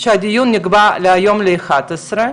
כשהדיון נקבע להיום ל-11:00.